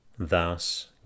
Thus